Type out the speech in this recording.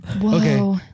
Whoa